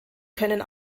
können